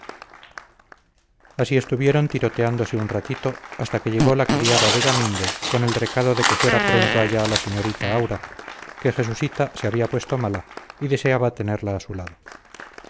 así estuvieron tiroteándose un ratito hasta que llegó la criada de gaminde con el recado de que fuera pronto allá la señorita aura pues jesusita se había puesto mala y deseaba tenerla a su lado